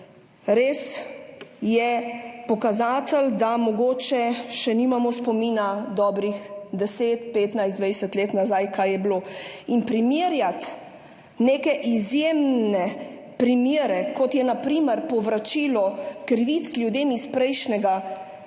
je res pokazatelj, da mogoče še nimamo spomina, dobrih 10, 15, 20 let nazaj, kaj je bilo. Primerjati neke izjemne primere, kot je na primer povračilo krivic ljudem iz prejšnjega